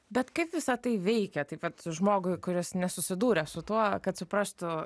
bet kaip visa tai veikia taip vat žmogui kuris nesusidūręs su tuo kad suprastų